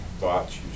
thoughts